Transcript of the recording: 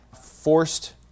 forced